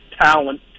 Talent